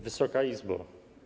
Wysoka Izbo!